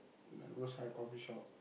roadside coffee shop